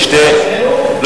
כן אתה רוצה לתת לשנינו.